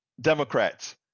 Democrats